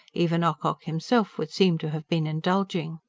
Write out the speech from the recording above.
even ocock himself would seem to have been indulging.